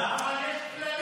חיים.